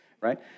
right